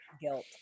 Guilt